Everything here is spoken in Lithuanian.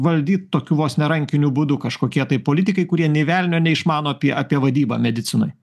valdyt tokiu vos ne rankiniu būdu kažkokie tai politikai kurie nė velnio neišmano apie apie vadybą medicinoj